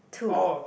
two